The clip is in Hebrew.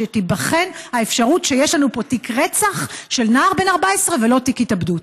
שתיבחן האפשרות שיש לנו פה תיק רצח של נער בן 14 ולא תיק התאבדות?